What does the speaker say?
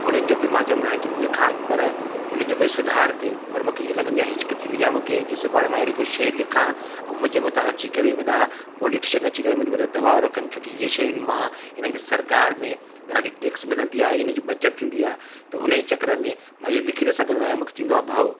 उननि जो बि मां चवंदो आहियां की लिखां पर उन ते कोई सुधार थिए पर मूंखे ईअं लॻंदी आहे हिचक थींदी आहे मूंखे की सुभाणे मां अहिड़ी कोई शइ लिखां ऐं मुंहिंजे मथां अची करे वॾा पॉलिटिशन अची करे मुंहिंजे मथां दॿाव रखनि छोकि इहे शयुनि मां हिननि खे सरकार में ॾाढी टेक्स मिलंदी आहे हिन जी बचत थींदी आहे त उनजे चकर में मां इहो लिखी न सघंदो आहियां मूंखे थींदो आहे भओ